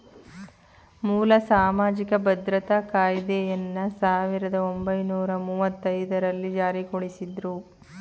ಮೂಲ ಸಾಮಾಜಿಕ ಭದ್ರತಾ ಕಾಯ್ದೆಯನ್ನ ಸಾವಿರದ ಒಂಬೈನೂರ ಮುವ್ವತ್ತಐದು ರಲ್ಲಿ ಜಾರಿಗೊಳಿಸಿದ್ರು